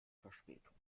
verspätung